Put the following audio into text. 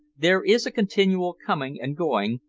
there is a continual coming and going,